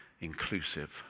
inclusive